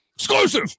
Exclusive